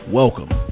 welcome